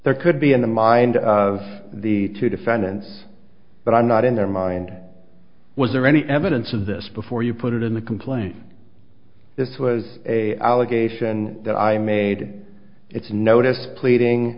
there could be in the mind of the two defendants but i'm not in their mind was there any evidence of this before you put it in the complaint this was a allegation that i made it's notice pleading